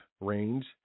range